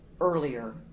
earlier